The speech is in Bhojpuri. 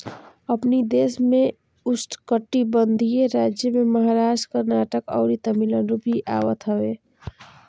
अपनी देश में उष्णकटिबंधीय राज्य में महाराष्ट्र, कर्नाटक, अउरी तमिलनाडु भी आवत हवे